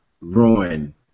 ruin